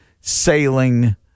sailing